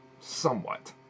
Somewhat